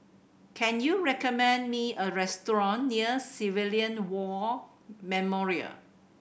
can you recommend me a restaurant near Civilian War Memorial